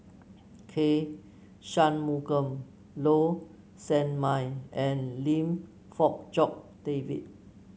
K Shanmugam Low Sanmay and Lim Fong Jock David